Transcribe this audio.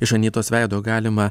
iš anytos veido galima